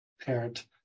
parent